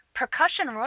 Percussion